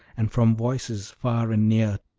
and from voices far and near,